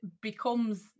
becomes